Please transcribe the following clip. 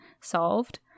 solved